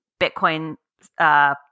Bitcoin